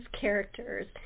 characters